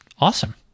Awesome